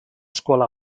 scuola